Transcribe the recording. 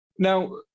Now